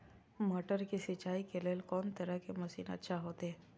मटर के सिंचाई के लेल कोन तरह के मशीन अच्छा होते?